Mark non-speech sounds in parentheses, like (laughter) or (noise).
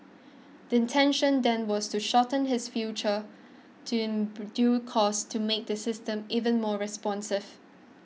intention then was to shorten his further to in (unintelligible) due course to make the system even more responsive